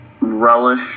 Relish